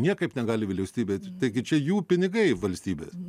niekaip negali vyriausybė taigi čia jų pinigai valstybės